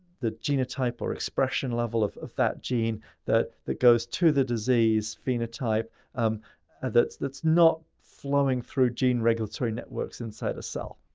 genotype or expression level of of that gene that that goes to the disease phenotype that's that's not flowing through gene regulatory networks inside a cell.